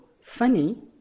funny